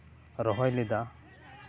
ᱨᱚᱦᱚᱭ ᱞᱮᱫᱟ